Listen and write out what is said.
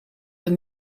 een